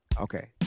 Okay